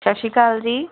ਸਤਿ ਸ਼੍ਰੀ ਅਕਾਲ ਜੀ